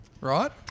right